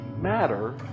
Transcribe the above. matter